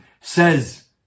says